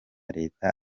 leta